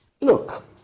Look